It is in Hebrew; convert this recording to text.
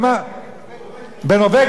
בנורבגיה.